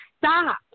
stop